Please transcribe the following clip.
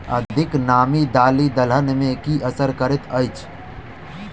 अधिक नामी दालि दलहन मे की असर करैत अछि?